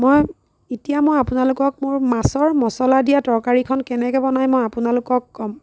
মই এতিয়া মই আপোনালোকক মোৰ মাছৰ মছলা দিয়া তৰকাৰীখন কেনেকৈ বনায় মই আপোনালোকক ক'ম